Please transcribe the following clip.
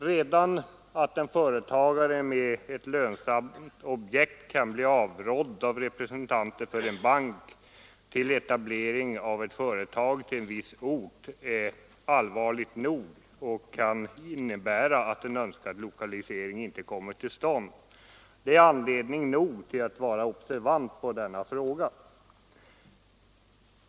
Redan det förhållandet att en företagare med ett lönsamt objekt kan bli avrådd av representanter för en bank från etablering av ett företag till en viss ort är allvarligt nog och kan innebära att en önskad lokalisering inte kommer till stånd. Det är tillräcklig anledning att vara observant på denna fråga.